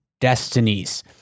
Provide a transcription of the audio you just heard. destinies